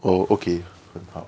oh okay 很好